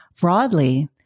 Broadly